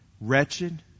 Wretched